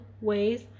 ways